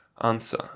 Answer